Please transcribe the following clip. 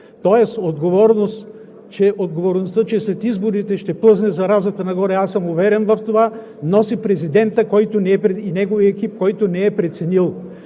Тоест отговорността, че след изборите ще плъзне заразата нагоре, аз съм уверен в това, носи президентът и неговият екип, който не е преценил.